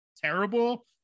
terrible